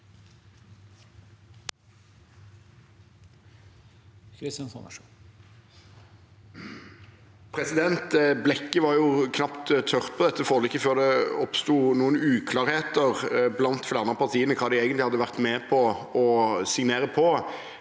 Blekket var jo knapt tørt på dette forliket før det oppsto noen uklarheter blant flere av partiene om hva de egentlig hadde vært med på å signere.